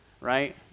right